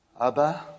Abba